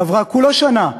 עברה כולה שנה,